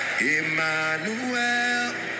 Emmanuel